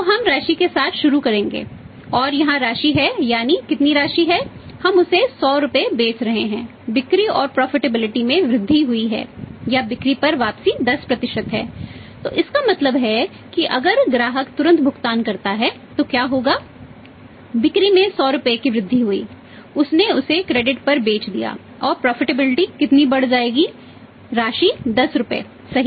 तो हम राशि के साथ शुरू करेंगे और यहां राशि है यानी कितनी राशि है हम उसे 100 रुपये बेच रहे हैं बिक्री और प्रॉफिटेबिलिटी कितनी बढ़ जाएगी राशि 10 रुपये सही